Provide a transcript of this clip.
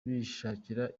bishakira